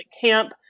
camp